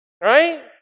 right